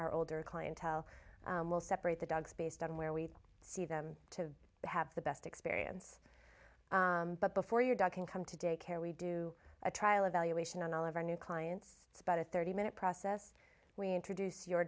our older clientele will separate the dogs based on where we see them to have the best experience but before your dog can come to daycare we do a trial evaluation on all of our new clients it's about a thirty minute process we introduce your